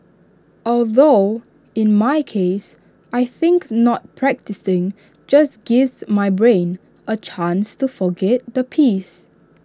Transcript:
although in my case I think not practising just gives my brain A chance to forget the piece